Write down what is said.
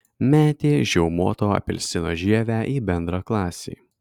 metė žiaumoto apelsino žievę į bendraklasį